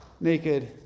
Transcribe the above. naked